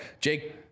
Jake